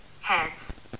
Heads